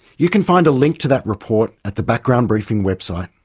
you can find a link to that report at the background briefing website.